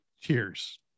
cheers